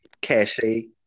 cachet